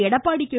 Edappadi K